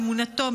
מאמונתו,